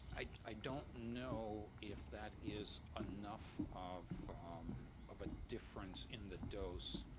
i don't know if that is enough of um of a difference in the dose